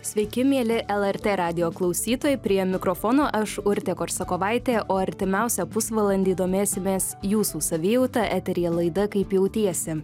sveiki mieli lrt radijo klausytojai prie mikrofono aš urtė korsakovaitė o artimiausią pusvalandį domėsimės jūsų savijauta eteryje laida kaip jautiesi